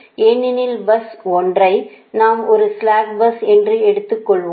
ஏனெனில் பஸ் 1 ஐ நாம் ஒரு ஸ்ளாக் பஸ் என்று எடுத்துக்கொள்வோம்